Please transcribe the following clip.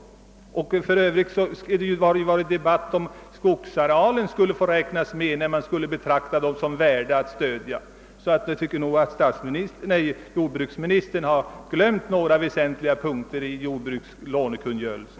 För övrigt har det varit debatt om huruvida skogsarealen skulle få räknas med när man skall avgöra vilka jordbruk som är värda att stödja. Jag måste säga att jordbruksministern tycks ha glömt några väsentliga punkter i jordbrukets lånekungörelse.